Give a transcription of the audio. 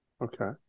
okay